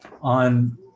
on